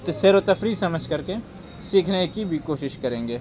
سیر و تفریح سمجھ کر کے سیکھنے کی بھی کوشش کریں گے